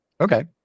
Okay